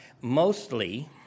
mostly